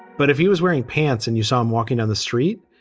but if he was wearing pants and you saw him walking down the street,